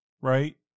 right